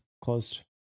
closed